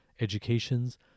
educations